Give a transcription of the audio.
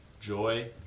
joy